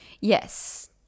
Yes